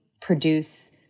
produce